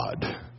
God